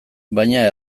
baina